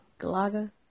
Galaga